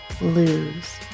lose